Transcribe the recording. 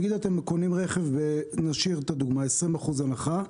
נגיד אתם קונים רכב, נשאיר את הדוגמה, ב-20% הנחה,